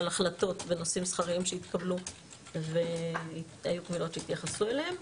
החלטות בנושאים שכריים שהתקבלו והיו קבילות שהתייחסו אליהן,